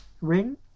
Ring